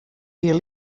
jier